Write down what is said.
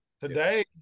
Today